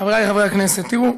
חבריי חברי הכנסת, תראו,